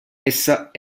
essa